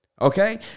Okay